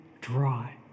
dry